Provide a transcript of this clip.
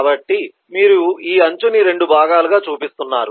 కాబట్టి మీరు ఈ అంచుని 2 భాగాలుగా చూపిస్తున్నారు